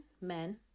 men